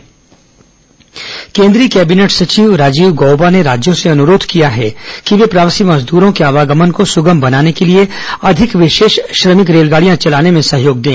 corona cabinet सचिव बैठक केंद्रीय कैबिनेट सचिव राजीव गौबा ने राज्यों से अनुरोध किया है कि वे प्रवासी मजदूरों के आवागमन को सुगम बनाने के लिए अधिक विशेष श्रमिक रेलगाड़ियां चलाने में सहयोग दें